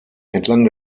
entlang